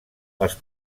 els